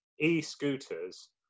e-scooters